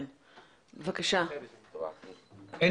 אין